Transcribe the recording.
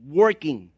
working